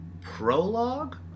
prologue